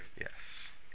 yes